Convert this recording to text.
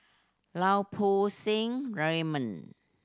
Lau Poo Seng Raymond